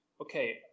okay